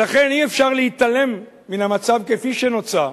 ולכן אי-אפשר להתעלם מהמצב שנוצר,